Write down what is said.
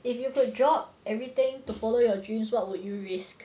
if you could drop everything to follow your dreams what would you risk